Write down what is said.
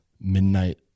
midnight